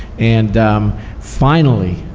and finally,